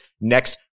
next